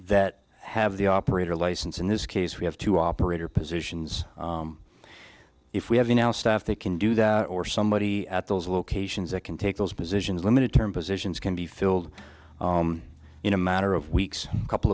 that have the operator license in this case we have to operator positions if we have in our staff they can do that or somebody at those locations that can take those positions limited term positions can be filled in a matter of weeks couple